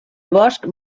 bosc